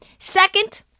Second